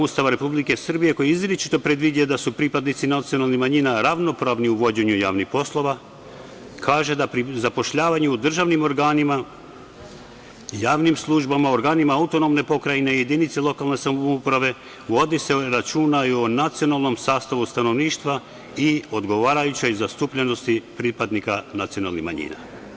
Ustava Republike Srbije, koji izričito predviđa da su pripadnici nacionalnih manjina ravnopravni u vođenju javnih poslova, kaže da pri zapošljavanju u državnim organima, javnim službama, organima autonomne pokrajine, jedinicama lokalne samouprave vodi se računa i o nacionalnom sastavu stanovništva i odgovarajućoj zastupljenosti pripadnika nacionalnih manjina.